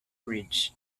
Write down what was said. bridge